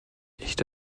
ich